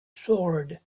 sword